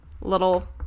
little